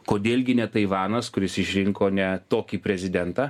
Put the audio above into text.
kodėl gi ne taivanas kuris išrinko ne tokį prezidentą